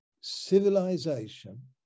civilization